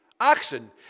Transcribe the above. oxen